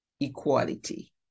equality